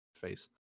face